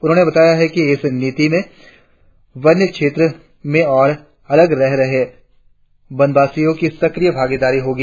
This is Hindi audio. उन्होंने बताया कि इस नीति में वन्य क्षेत्र में और अलग रह रहे वनवासियों की सक्रिय भागीदारी रहेगी